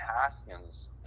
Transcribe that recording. Haskins